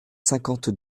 cinquante